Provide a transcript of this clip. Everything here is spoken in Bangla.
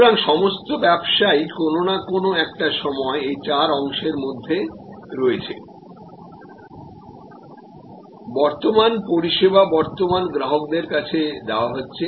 সুতরাং সমস্ত ব্যবসা ই কোনো না কোনো একটা সময় এই চার অংশের মধ্যে রয়েছে বর্তমান পরিষেবা বর্তমান গ্রাহকদের কাছে দেওয়া হচ্ছে